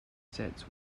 sets